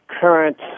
current